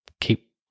keep